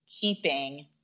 keeping